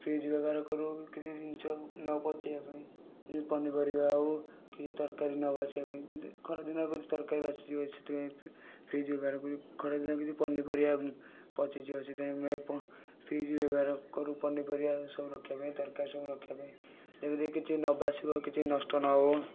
fridge ବ୍ୟବହାର କରୁ କିଛି ଜିନିଷ ନ ପଚେଇବା ପାଇଁ କି ପନିପରିବା ହେଉ କି ତରକାରୀ ନ ବାସିବା ପାଇଁ ଯେମିତି ଖରା ଦିନେ କିଛି ତରକାରୀ ବାସି ଯିବ ସେଥିପାଇଁ ଫ୍ରିଜ୍ ବ୍ୟବହାର କରୁ ଖରା ଦିନେ କିଛି ପନିପରିବା ପଚିଯିବ ସେଥିପାଇଁ ଆମେ ଫ୍ରିଜ୍ ବ୍ୟବହାର କରୁ ପନିପରିବା ସବୁ ରଖିବା ପାଇଁ ତରକାରୀ ସବୁ ରଖିବା ପାଇଁ ଯେମିତି କିଛି ନ ବାସିବ କିଛି ନଷ୍ଟ ନ ହେବ